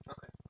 Okay